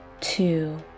two